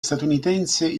statunitense